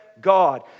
God